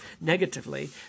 negatively